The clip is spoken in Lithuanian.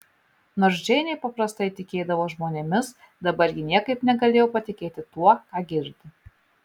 nors džeinė paprastai tikėdavo žmonėmis dabar ji niekaip negalėjo patikėti tuo ką girdi